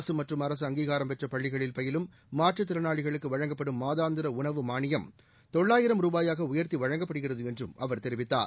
அரசு மற்றும் அரசு அங்கீகாரம் பெற்ற பள்ளிகளில் பயிலும் மாற்றுத் திறனாளிகளுக்கு வழங்கப்படும் மாதாந்திர உணவு மாளியம் தொள்ளாயிரம் ரூபாயாக உயர்த்தி வழங்கப்படுகிறது என்றும் அவர் தெரிவித்தார்